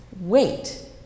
wait